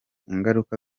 ingaruka